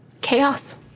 chaos